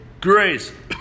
grace